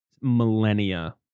millennia